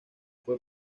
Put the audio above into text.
fue